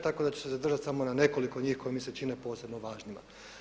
Tako da ću se zadržati samo na nekoliko njih koje mi se čine posebno važnima.